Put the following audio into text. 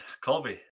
Colby